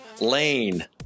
lane